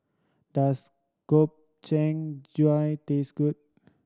does Gobchang drive taste good